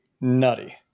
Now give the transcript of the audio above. nutty